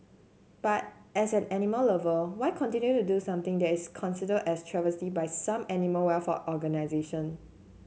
but as an animal lover why continue to do something that is considered a travesty by some animal welfare organisation